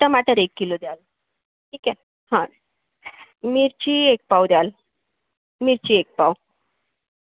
टमाटर एक किलो द्याल ठीक आहे हा मिरची एक पाव द्याल मिरची एक पाव